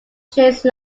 chase